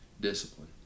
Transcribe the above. Discipline